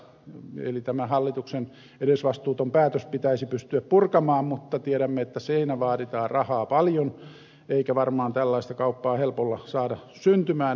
eli tämä hallituksen edesvastuuton päätös pitäisi pystyä purkamaan mutta tiedämme että siinä vaaditaan rahaa paljon eikä varmaan tällaista kauppaa helpolla saada syntymään enää